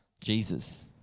Jesus